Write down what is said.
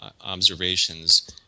observations